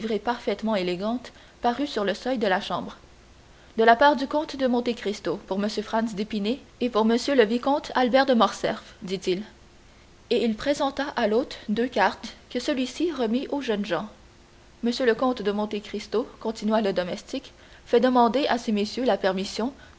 parfaitement élégante parut sur le seuil de la chambre de la part du comte de monte cristo pour m franz d'épinay et pour m le vicomte albert de morcerf dit-il et il présenta à l'hôte deux cartes que celui-ci remit aux jeunes gens m le comte de monte cristo continua le domestique fait demander à ces messieurs la permission